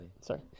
sorry